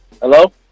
Hello